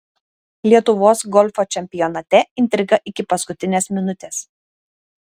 lietuvos golfo čempionate intriga iki paskutinės minutės